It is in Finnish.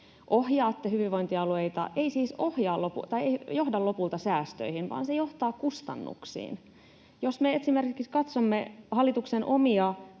ohjaatte hyvinvointialueita, ei siis johda lopulta säästöihin, vaan se johtaa kustannuksiin. Jos me esimerkiksi katsomme hallituksen omia